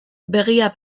begia